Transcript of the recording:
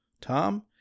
Tom